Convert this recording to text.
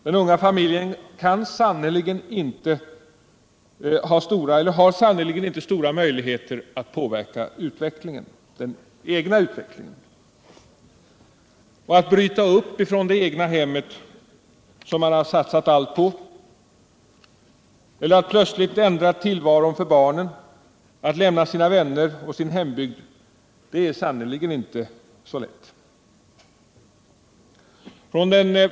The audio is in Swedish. Den unga familjen har sannerligen inte stora möjligheter att påverka den egna utvecklingen. Att bryta upp från det egna hemmet, som man satsat allt på, att plötsligt ändra tillvaron för barnen eller att lämna sina vänner och sin hembygd är sannerligen inte så lätt.